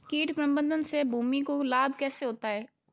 कीट प्रबंधन से भूमि को लाभ कैसे होता है?